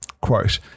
Quote